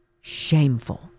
Shameful